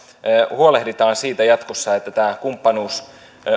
huolehditaan jatkossa siitä että tämä kumppanuus